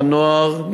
לנוער.